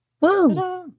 Woo